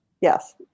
Yes